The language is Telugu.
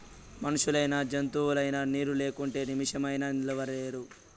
మనుషులైనా జంతువులైనా నీరు లేకుంటే నిమిసమైనా నిలువలేరు